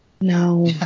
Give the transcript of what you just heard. No